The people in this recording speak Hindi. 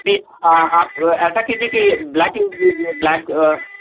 पि आप ऐसा कीजिए की ब्लैक ब्लैक